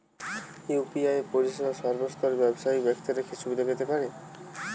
UPI পরিসেবা সর্বস্তরের ব্যাবসায়িক ব্যাক্তিরা কি সুবিধা পেতে পারে?